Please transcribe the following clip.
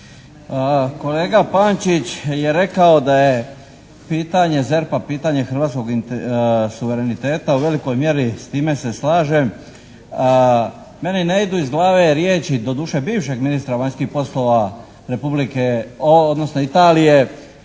Kolega Pančić je rekao da je pitanje ZERP-a pitanje hrvatskog suvereniteta. U velikoj mjeri s time se slažem. Meni ne idu iz glave riječi, doduše bivšeg ministra vanjskih poslova Republike, odnosno Italije